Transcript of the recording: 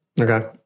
Okay